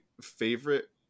favorite